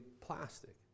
plastic